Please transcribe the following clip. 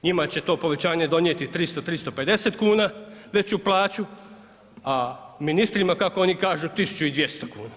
Njima će to povećanje donijeti 300, 350 kuna veću plaću, a ministrima kako oni kažu 1.200 kuna.